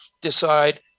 decide